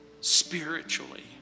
spiritually